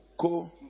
co